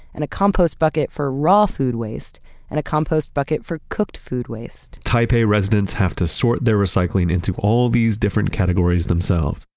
and a compost bucket for raw food waste and a compost bucket for cooked food waste taipei residents have to sort their recycling into all these different categories themselves.